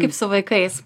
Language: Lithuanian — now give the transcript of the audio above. kaip su vaikais